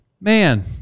man